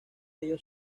ellos